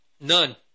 None